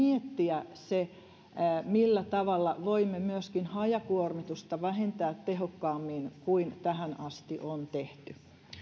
miettiä se millä tavalla voimme myöskin hajakuormitusta vähentää tehokkaammin kuin tähän asti on tehty